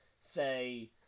say